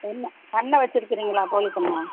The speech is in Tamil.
பண்ணை பண்ணை வச்சுருக்கிறீங்களா கோழிப் பண்ணை